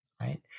right